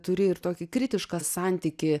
turi ir tokį kritišką santykį